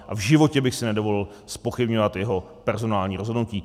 V životě bych si nedovolil zpochybňovat jeho personální rozhodnutí.